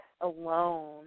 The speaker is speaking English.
alone